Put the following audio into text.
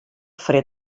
fred